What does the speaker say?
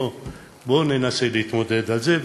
בוא ננסה להתמודד על זה,